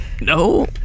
No